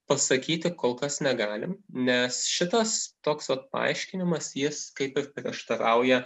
pasakyti kol kas negalim nes šitas toks vat paaiškinimas jis kaip ir prieštarauja